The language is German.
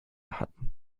hatten